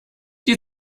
die